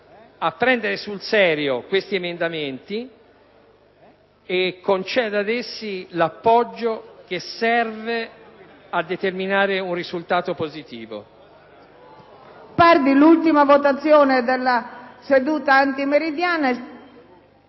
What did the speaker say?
a prendere sul serio tali emendamenti e conceda ad essi l’appoggio che serve a determinare un risultato positivo.